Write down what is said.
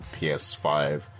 PS5